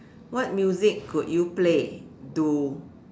what music could you play to